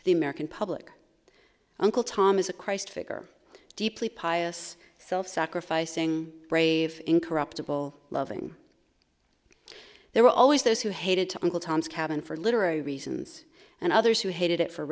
to the american public uncle tom as a christ figure deeply pious self sacrificing brave incorruptible loving there were always those who hated to uncle tom's cabin for literary reasons and others who hated it for